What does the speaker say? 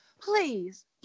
please